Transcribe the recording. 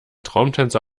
traumtänzer